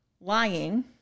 lying